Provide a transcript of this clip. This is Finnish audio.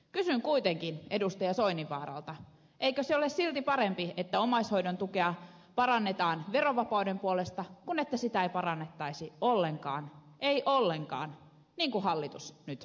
kysyn kuitenkin edustaja soininvaaralta eikö se ole silti parempi että omaishoidon tukea parannetaan verovapauden puolesta kuin että sitä ei parannettaisi ollenkaan ei ollenkaan niin kuin hallitus nyt aikoo tehdä